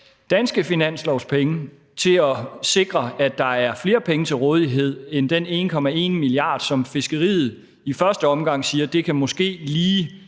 danske finanslovspenge til at sikre, at der er flere penge til rådighed end de 1,1 mia. kr., som fiskeriet i første omgang siger måske lige